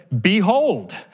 behold